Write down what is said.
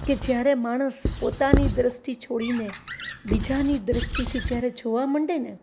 કે જ્યારે માણસ પોતાની દ્રષ્ટિ છોડીને બીજાની દ્રષ્ટિથી જ્યારે જોવા માંડેને